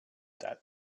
that